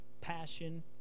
passion